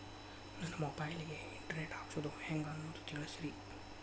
ನನ್ನ ಮೊಬೈಲ್ ಗೆ internet ಹಾಕ್ಸೋದು ಹೆಂಗ್ ಅನ್ನೋದು ತಿಳಸ್ರಿ